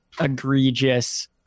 egregious